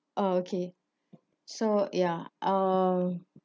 oh okay so ya um